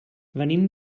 venim